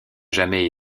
jamais